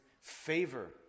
favor